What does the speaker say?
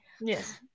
Yes